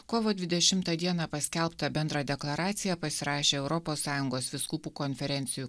kovo dvidešimtą dieną paskelbtą bendrą deklaraciją pasirašė europos sąjungos vyskupų konferencijų